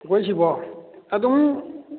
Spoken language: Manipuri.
ꯑꯩꯈꯣꯏ ꯁꯤꯕꯣ ꯑꯗꯨꯝ